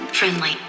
Friendly